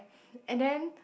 and then